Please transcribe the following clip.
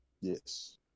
Yes